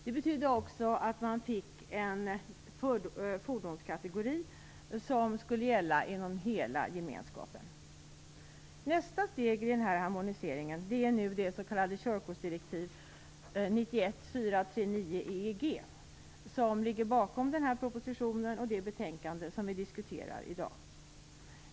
Det betydde också att man fick en fordonskategori som skulle gälla inom hela Gemenskapen. Nästa steg i denna harmonisering är det s.k. körkortsdirektivet 91 EEG som ligger bakom denna proposition och det betänkande som vi diskuterar i dag.